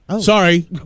Sorry